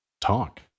talk